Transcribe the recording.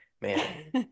Man